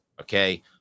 Okay